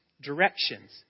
directions